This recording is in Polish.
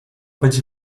być